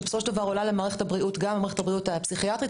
שבסופו של דבר עולה למערכת הבריאות גם מערכת הבריאות הפסיכיאטרית,